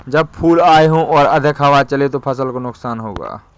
जब फूल आए हों और अधिक हवा चले तो फसल को नुकसान होगा?